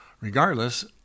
Regardless